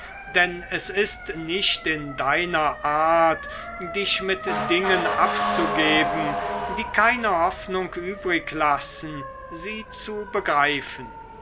denn es ist nicht in deiner art dich mit dingen abzugeben die keine hoffnung übriglassen sie zu begreifen